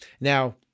Now